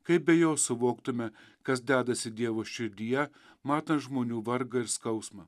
kaip be jo suvoktume kas dedasi dievo širdyje matant žmonių vargą ir skausmą